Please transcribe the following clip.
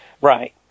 Right